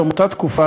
בתום אותה תקופה,